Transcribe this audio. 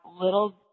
little